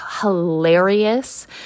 hilarious